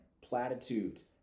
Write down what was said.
platitudes